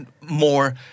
more